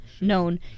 known